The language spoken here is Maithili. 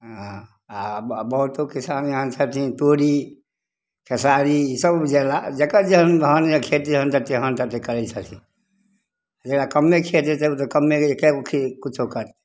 हँ आओर बहुतो किसान एहन छथिन तोरी खेसारी ईसब उपजेलाह जकरा जेहन धान या खेत जेहन तऽ तेहन ततेक करै छथिन जकरा कम्मे खेत छै से तऽ ओ तऽ कम्मे एक्केगोमे किछु करतै